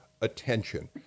attention